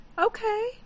Okay